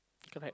correct